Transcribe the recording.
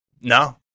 No